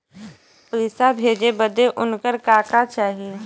पैसा भेजे बदे उनकर का का चाही?